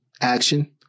action